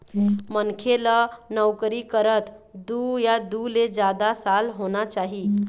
मनखे ल नउकरी करत दू या दू ले जादा साल होना चाही